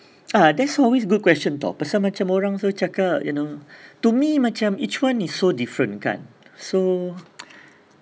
ah that's always good question tahu pasal macam orang selalu cakap you know to me macam each one is so different kan so